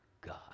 God